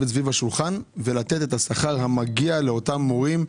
סביב השולחן ולתת את השכר המגיע לאותם מורים,